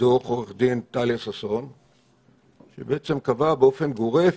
דוח עורכת הדין טליה ששון שבעצם קבע באופן גורף